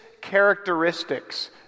characteristics